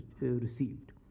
received